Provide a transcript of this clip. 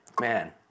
Man